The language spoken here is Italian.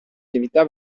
attività